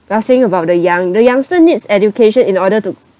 we are saying about the young youngster needs education in order to